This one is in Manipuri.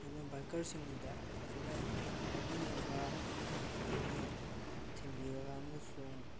ꯑꯗꯨꯅ ꯕꯥꯏꯀꯔꯁꯤꯡꯁꯤꯗ ꯐꯖꯅ ꯍꯥꯏꯕꯤꯔꯒ ꯐꯖꯅ ꯊꯦꯝꯕꯤꯔꯒ ꯑꯃꯁꯨꯡ